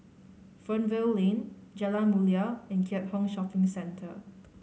Fernvale Lane Jalan Mulia and Keat Hong Shopping Centre